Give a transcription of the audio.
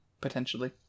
Potentially